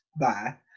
Bye